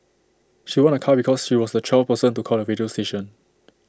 she won A car because she was the twelfth person to call the radio station